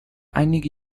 einige